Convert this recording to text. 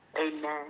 Amen